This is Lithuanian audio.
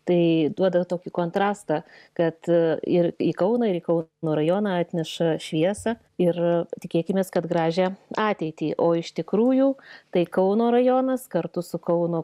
tai duoda tokį kontrastą kad ir į kauną ir į kauno rajoną atneša šviesą ir tikėkimės kad gražią ateitį o iš tikrųjų tai kauno rajonas kartu su kauno